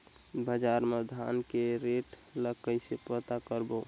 बजार मा धान के रेट ला कइसे पता करबो?